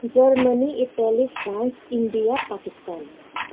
Germany Italy France India Pakistan